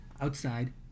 Outside